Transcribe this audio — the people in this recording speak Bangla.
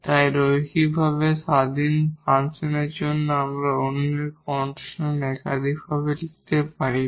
তাই লিনিয়ারভাবে ইন্ডিপেন্ডেট ফাংশনের জন্য আমরা অন্যের কনস্ট্যান্ট একাধিক হিসাবে লিখতে পারি না